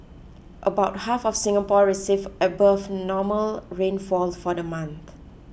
about half of Singapore received above normal rainfall for the month